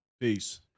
Peace